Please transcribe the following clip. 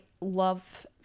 love